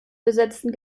besetzten